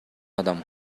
адам